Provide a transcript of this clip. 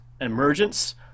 emergence